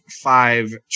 five